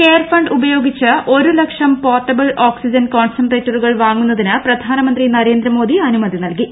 care fund ഉപയോഗിച്ച് ഒരു ലക്ഷം പോർട്ടബിൽ ഓക്സിജൻ കോൺസൻട്രേറ്ററുകൾ വാങ്ങുന്നതിന് പ്രധാനമന്ത്രി നരേന്ദ്രമോദി അനുമതി നൽകി